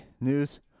news